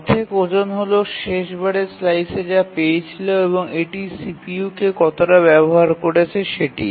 অর্ধেক ওজন হল শেষ বারের স্লাইসে যা পেয়েছিল এবং এটি CPU কে কতটা ব্যবহার করেছে সেটি